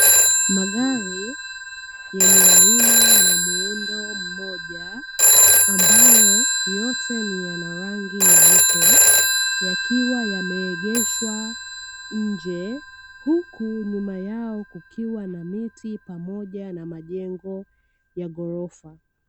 Magari yenye aina na muundo mmoja, ambayo yote yana rangi nyeupe, yakiwa yameegeshwa nje huku, nyuma yao kukiwa na miti pamoja na majengo ya ghorofa.